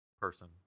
person